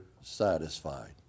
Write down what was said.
satisfied